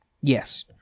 Yes